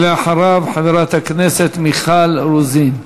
ואחריו, חברת הכנסת מיכל רוזין.